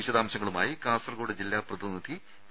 വിശദാംശങ്ങളുമായി കാസർകോട് ജില്ലാ പ്രതിനിധി പി